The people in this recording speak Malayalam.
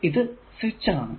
ഇത് സ്വിച്ച് ആണ്